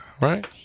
Right